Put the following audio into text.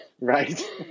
Right